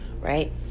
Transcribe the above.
right